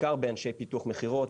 בעיקר באנשי פיתוח מכירות,